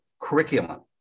curriculum